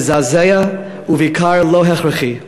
מזעזע ובעיקר לא הכרחי.